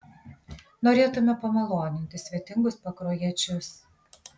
norėtume pamaloninti svetingus pakruojiečius